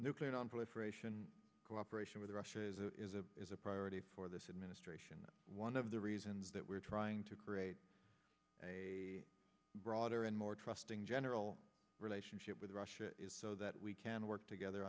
nonproliferation cooperation with russia as it is a is a priority for this administration one of the reasons that we're trying to create a broader and more trusting general relationship with russia is so that we can work together